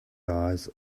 eyes